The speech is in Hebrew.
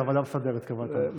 הוועדה המסדרת קבעה את זה.